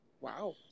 Wow